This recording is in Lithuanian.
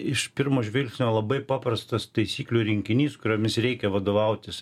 iš pirmo žvilgsnio labai paprastas taisyklių rinkinys kuriomis reikia vadovautis